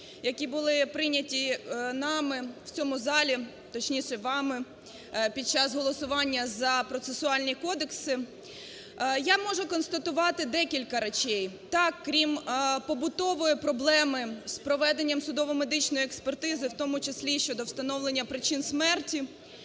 які були прийняті нами в цьому залі, точніше вами, під час голосування за Процесуальний кодекс. Я можу констатувати декілька речей, так крім побутової проблеми з проведенням судово-медичної експертизи, в тому числі щодо встановлення причин смерті,